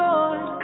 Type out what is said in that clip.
Lord